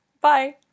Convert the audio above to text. Bye